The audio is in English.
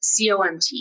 COMT